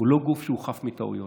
היא לא גוף חף מטעויות.